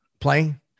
playing